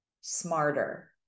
smarter